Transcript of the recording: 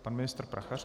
Pan ministr Prachař.